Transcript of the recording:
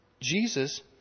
Jesus